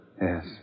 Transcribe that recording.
Yes